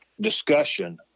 discussion